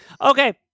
Okay